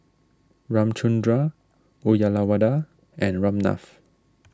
Ramchundra Uyyalawada and Ramnath